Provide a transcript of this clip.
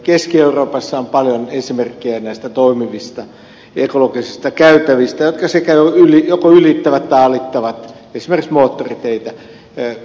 keski euroopassa on paljon esimerkkejä näistä toimivista ekologisista käytävistä jotka joko ylittävät tai alittavat esimerkiksi moottoriteitä